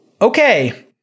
okay